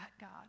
God